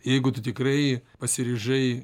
jeigu tu tikrai pasiryžai